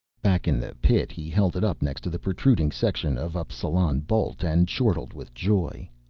back in the pit he held it up next to the protruding section of appsalan bolt and chortled with joy.